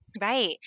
Right